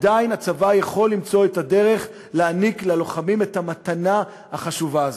עדיין הצבא יכול למצוא את הדרך להעניק ללוחמים את המתנה החשובה הזאת.